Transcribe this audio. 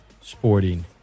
sporting